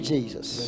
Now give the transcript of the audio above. Jesus